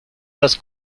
das